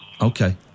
Okay